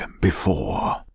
before